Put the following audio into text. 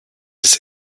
des